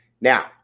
Now